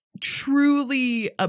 truly